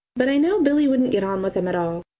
but i know billy wouldn't get on with them at all.